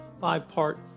five-part